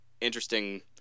interesting